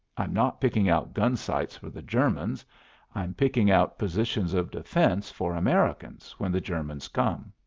i'm not picking out gun sites for the germans i'm picking out positions of defense for americans when the germans come!